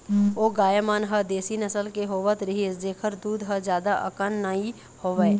ओ गाय मन ह देसी नसल के होवत रिहिस जेखर दूद ह जादा अकन नइ होवय